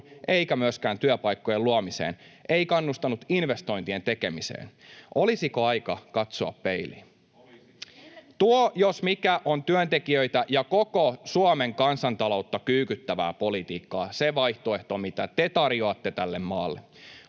eikä myöskään työpaikkojen luomiseen, ei kannustanut investointien tekemiseen. Olisiko aika katsoa peiliin? [Sebastian Tynkkynen: Olisi!] Tuo, jos mikä on työntekijöitä ja koko Suomen kansantaloutta kyykyttävää politiikkaa, se vaihtoehto, mitä te tarjoatte tälle maalle.